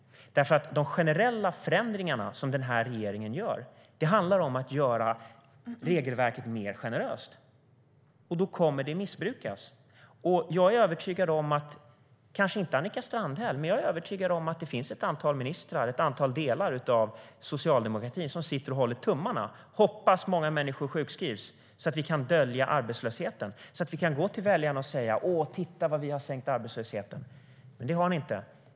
De generella förändringar som den här regeringen gör handlar nämligen om att göra regelverket mer generöst, och då kommer det att missbrukas. Jag är övertygad om att det finns ett antal ministrar, kanske inte Annika Strandhäll, och ett antal andra inom socialdemokratin som sitter och håller tummarna och hoppas att många människor sjukskrivs så att de kan dölja arbetslösheten och gå till väljarna och säga: Åh, titta vad vi har sänkt arbetslösheten! Men det har ni inte.